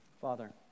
Father